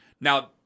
Now